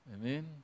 Amen